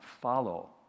follow